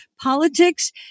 politics